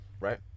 right